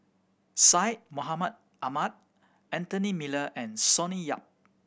Syed Mohamed Ahmed Anthony Miller and Sonny Yap